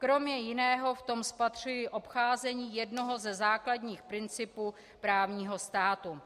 Kromě jiného v tom spatřuji obcházení jednoho ze základních principů právního státu.